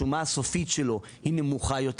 השומה הסופית שלו היא נמוכה יותר.